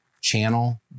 channel